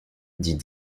dit